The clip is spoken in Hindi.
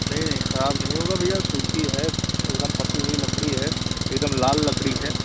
नहीं नहीं ख़राब नहीं होगा भैया सूखी है एक दम पकी हुई लकड़ी है एक दम लाल लकड़ी है